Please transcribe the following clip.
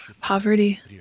Poverty